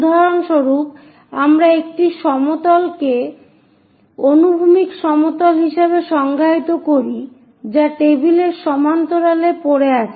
উদাহরণস্বরূপ আমরা একটি সমতলকে অনুভূমিক সমতল হিসাবে সংজ্ঞায়িত করি যা টেবিলের সমান্তরালে পড়ে আছে